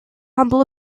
humble